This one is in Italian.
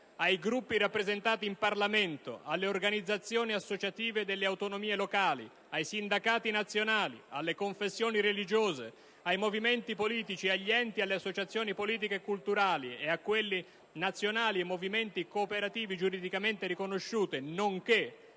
ai Gruppi rappresentati in Parlamento, alle organizzazioni associative delle autonomie locali, ai sindacati nazionali, alle confessioni religiose, ai movimenti politici, agli enti e alle associazioni politiche e culturali, a quelli nazionali, ai movimenti cooperativi giuridicamente riconosciuti nonché